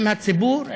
עם הציבור,